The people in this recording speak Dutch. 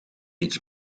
iets